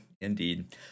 indeed